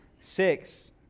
Six